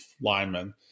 linemen